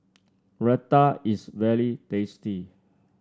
Raita is very tasty